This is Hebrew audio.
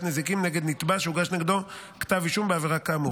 נזיקין נגד נתבע שהוגש נגדו כתב אישום בעבירה כאמור.